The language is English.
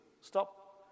stop